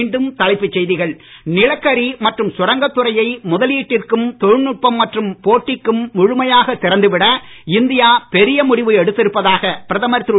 மீண்டும் தலைப்புச் செய்திகள் நிலக்கரி மற்றும் சுரங்கத் துறையை முதலீட்டிற்கும் தொழில்நுட்பம் மற்றும் போட்டிக்கும் முழுமையாக திறந்து விட இந்தியா பெரிய முடிவு எடுத்திருப்பதாக பிரதமர் திரு